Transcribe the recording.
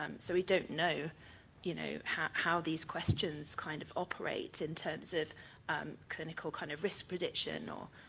um so we don't know you know how how these questions kind of operate in termings of clinical kind of risky prediction or,